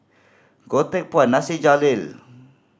Goh Teck Phuan Nasir Jalil